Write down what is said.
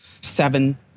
seven